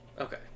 okay